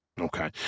Okay